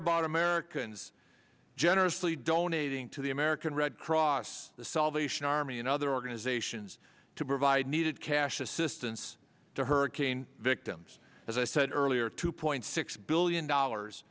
about americans generously donating to the american red cross the salvation army and other organizations to provide needed cash assistance to hurricane victims as i said earlier two point six billion dollars